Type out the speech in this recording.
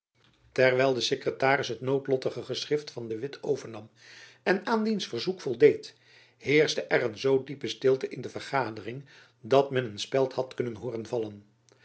terwijl de sekretaris het noodlottige geschrift van de witt overnam en aan diens verzoek voldeed heerschte er een zoo diepe stilte in de vergadering dat men een speld had kunnen hooren vallen